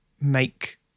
make